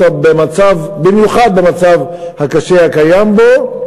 במיוחד במצב הקשה הקיים בו,